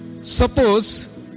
suppose